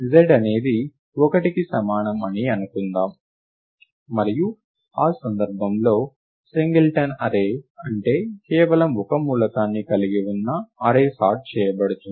z అనేది 1కి సమానం అని అనుకుందాం మరియు ఈ సందర్భంలో సింగిల్టన్ అర్రే అంటే కేవలం ఒక మూలకాన్ని కలిగి ఉన్న అర్రే సార్ట్ చేయబడుతుంది